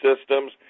systems